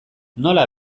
nola